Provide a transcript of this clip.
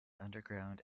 underground